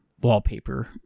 wallpaper